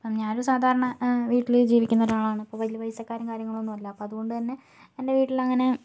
ഞാനൊരു സാധാരണ വീട്ടില് ജീവിക്കുന്ന ഒരാളാണ് അപ്പോൾ വലിയ പൈസക്കാരും കാര്യങ്ങളൊന്നു അല്ല അപ്പോൾ അതുകൊണ്ടുതന്നെ എന്റെ വീട്ടില് അങ്ങനെ